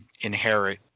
inherit